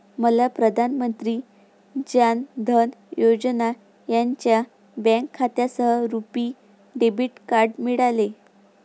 मला प्रधान मंत्री जान धन योजना यांच्या बँक खात्यासह रुपी डेबिट कार्ड मिळाले